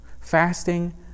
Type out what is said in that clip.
fasting